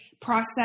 process